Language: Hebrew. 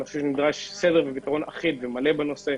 אני חושב שנדרש סדר ופתרון אחיד בנושא,